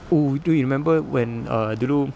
oh do you remember when err dulu